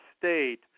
state